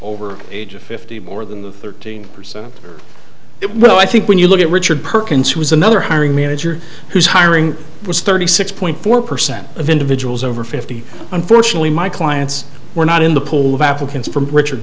the age of fifty more than thirteen percent of it well i think when you look at richard perkins who was another hiring manager who's hiring was thirty six point four percent of individuals over fifty unfortunately my clients were not in the pool of applicants from richard